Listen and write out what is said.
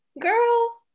girl